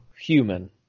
human